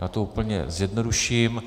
Já to úplně zjednoduším.